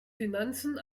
finanzen